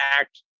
act